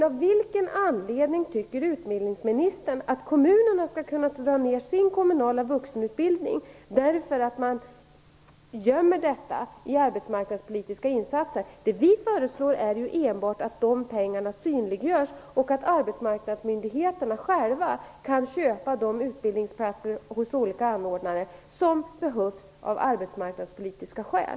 Av vilken anledning tycker utbildningsministern att kommunerna skall kunna dra ner i sin kommunala vuxenutbildning, därför att man gömmer detta i arbetsmarknadspolitiska insatser? Det vi föreslår är enbart att de pengarna synliggörs och att arbetsmarknadsmyndigheterna själva kan köpa de utbildningsplatser hos olika anordnare som behövs av arbetsmarknadspolitiska skäl.